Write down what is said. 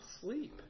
sleep